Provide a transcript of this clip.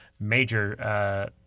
major